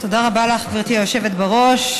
תודה רבה לך, גברתי היושבת בראש.